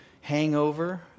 hangover